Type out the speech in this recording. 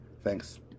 Thanks